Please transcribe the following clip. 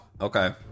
Okay